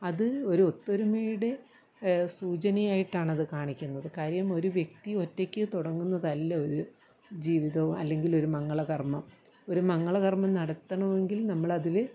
അത് ഒരു ഒത്തൊരുമയുടെ സൂചനയായിട്ടാണ് അതു കാണിക്കുന്നത് കാര്യം ഒരു വ്യക്തി ഒറ്റയ്ക്ക് തുടങ്ങുന്നതല്ല ഒരു ജീവിതവും അല്ലെങ്കിൽ ഒരു മംഗള കർമ്മം ഒരു മംഗള കർമ്മം നടത്തണമെങ്കിൽ നമ്മളതിൽ